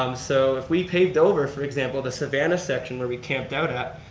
um so if we paved over, for example, the savannah section where we camped out at,